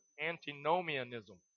antinomianism